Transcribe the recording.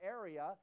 area